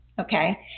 Okay